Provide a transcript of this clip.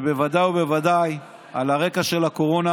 ובוודאי ובוודאי על הרקע של הקורונה,